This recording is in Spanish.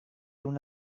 una